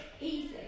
easy